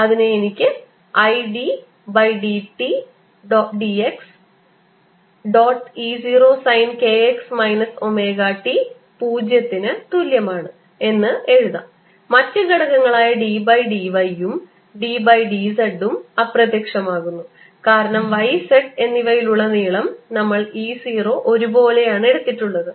അതിനെ എനിക്ക് i d by d x dot E 0 sine k x minus omega t പൂജ്യത്തിന് തുല്യമാണ് എന്ന് എഴുതാം മറ്റു ഘടകങ്ങളായ ആയ d by dy യും d by dz ഉം അപ്രത്യക്ഷമാകുന്നു കാരണം y z എന്നിവയിലുടനീളം ഞങ്ങൾ E 0 ഒരുപോലെയാണ് എടുത്തിട്ടുള്ളത്